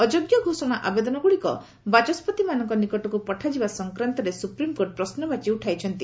ଅଯୋଗ୍ୟ ଘୋଷଣା ଆବେଦନଗୁଡ଼ିକ ବାଚସ୍କତିମାନଙ୍କ ନିକଟକୁ ପଠାଯିବା ସଂକ୍ରାନ୍ତରେ ସୁପ୍ରିମ୍କୋର୍ଟ ପ୍ରଶ୍ୱବାଚୀ ଉଠାଇଛନ୍ତି